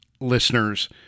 listeners